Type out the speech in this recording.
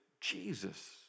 Jesus